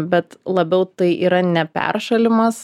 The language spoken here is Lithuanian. bet labiau tai yra ne peršalimas